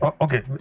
Okay